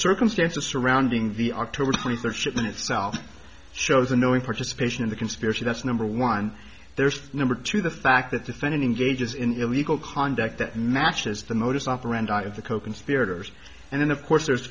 circumstances surrounding the october twenty third shipment itself shows a knowing participation in the conspiracy that's number one there's number two the fact that defendant engages in illegal conduct that matches the modus operandi of the coconspirators and then of course there's